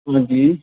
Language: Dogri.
हां जी